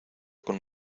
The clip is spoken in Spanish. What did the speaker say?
con